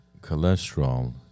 cholesterol